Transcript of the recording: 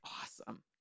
awesome